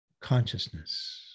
consciousness